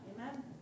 Amen